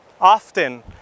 often